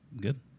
Good